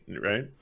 right